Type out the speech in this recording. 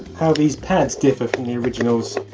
how these pads differ from the originals.